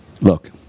look